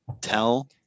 tell